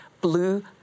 blue